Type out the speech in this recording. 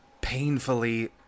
painfully